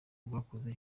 rwakoze